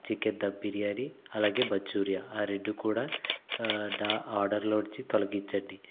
chicken dum biryani అలాగే manchurian ఆ రెండు కూడా నా ఆర్డర్లో నుంచి తొలగించండి